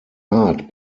art